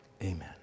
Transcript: Amen